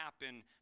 happen